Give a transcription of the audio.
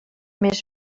més